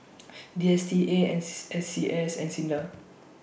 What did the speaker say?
D S T A N S C S and SINDA